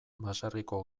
baserriko